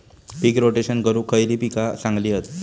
पीक rotation करूक खयली पीका चांगली हत?